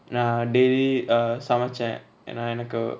நா:na daily err சமச்ச ஏனா எனக்கு:samacha yena enaku uh